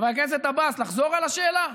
חבר הכנסת עבאס, לחזור על השאלה?